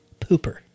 Pooper